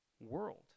world